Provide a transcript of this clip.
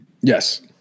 yes